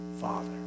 Father